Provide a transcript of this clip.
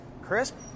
crisp